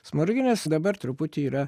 smoriginas dabar truputį yra